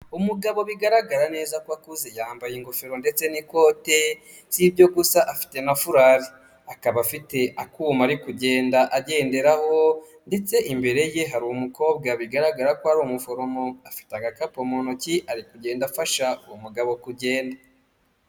Umugabo bigaragara neza akuze yambaye ingofero ndetse n'ikote sibyo gusa afite nafuli, akaba afite akuntu ari kugenderaho ndetse imbere ye hari umukobwa bigaragara ko ari umuforomo ufashe agakapu mu ntoki ari kugenda afasha uwo mugabo kugenda.